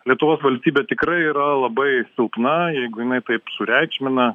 lietuvos valstybė tikrai yra labai silpna jeigu jinai taip sureikšmina